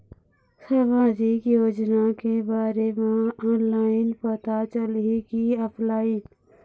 सामाजिक योजना के बारे मा ऑनलाइन पता चलही की ऑफलाइन?